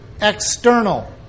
External